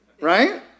Right